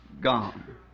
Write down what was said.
gone